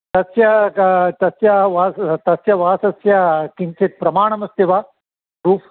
तस्य तस्य वास तस्य वासस्य किञ्चित् प्रमाणमस्ति वा प्रूफ़्